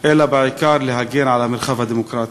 אלא בעיקר להגן על המרחב הדמוקרטי.